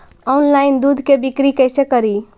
Online दुध के बिक्री कैसे करि?